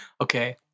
Okay